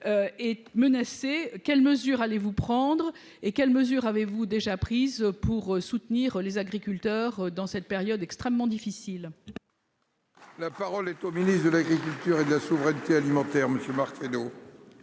est menacée. Quelles mesures allez-vous prendre ou avez-vous déjà prises pour soutenir les agriculteurs dans cette période extrêmement difficile ? La parole est à M. le ministre de l'agriculture et de la souveraineté alimentaire. Monsieur